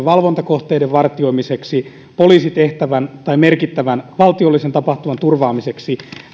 valvontakohteiden vartioimiseksi poliisitehtävän tai merkittävän valtiollisen tapahtuman turvaamiseksi